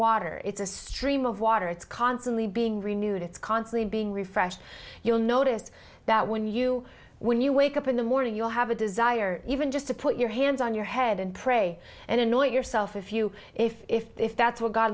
water it's a stream of water it's constantly being renewed it's constantly being refresh you'll notice that when you when you wake up in the morning you'll have a desire even just to put your hands on your head and pray and annoy yourself if you if if if that's where god